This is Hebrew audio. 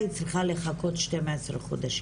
היא צריכה לחכות 12 חודשים,